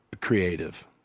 creative